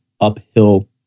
uphill